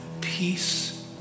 peace